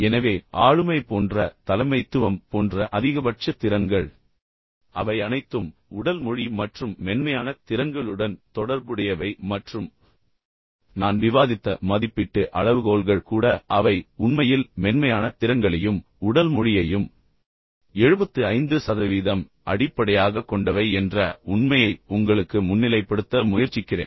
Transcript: எனவே ஆளுமை போன்ற தலைமைத்துவம் போன்ற அதிகபட்ச திறன்கள் எனவே அவை அனைத்தும் உடல் மொழி மற்றும் மென்மையான திறன்களுடன் தொடர்புடையவை மற்றும் நான் விவாதித்த மதிப்பீட்டு அளவுகோல்கள் கூட அவை உண்மையில் மென்மையான திறன்களையும் உடல் மொழியையும் 75 சதவீதம் அடிப்படையாகக் கொண்டவை என்ற உண்மையை உங்களுக்கு முன்னிலைப்படுத்த முயற்சிக்கிறேன்